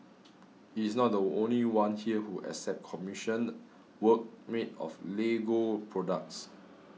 he is not the only one here who accepts commissioned work made of Lego products